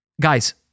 Guys